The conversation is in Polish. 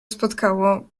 spotkało